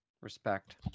Respect